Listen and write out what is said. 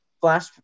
flash